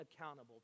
accountable